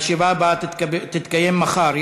הישיבה הבאה תתקיים מחר,